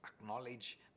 Acknowledge